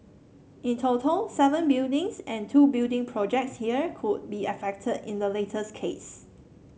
in total seven buildings and two building projects here could be affected in the latest case